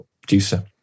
producer